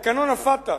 לתקנון ה"פתח"